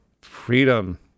freedom